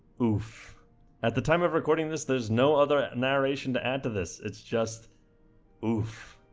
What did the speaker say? hoof at the time of recording this there's no other narration to add to this it's just poof